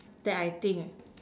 that I think